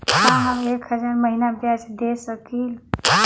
का हम एक हज़ार महीना ब्याज दे सकील?